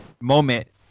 moment